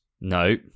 No